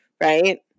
right